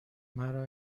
مرا